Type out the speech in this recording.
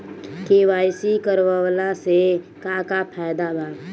KYC करवला से का का फायदा बा?